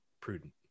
prudent